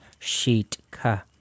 Sheetka